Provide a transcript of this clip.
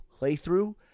playthrough